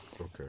okay